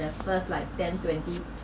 the first like ten twenty